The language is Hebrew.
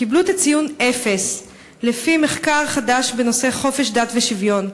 קיבלו את הציון אפס לפי מחקר חדש בנושא חופש דת ושוויון,